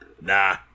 Nah